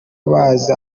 bazi